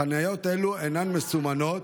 החניות האלה אינן מסומנות,